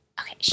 Okay